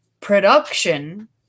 production